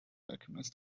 alchemist